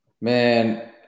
Man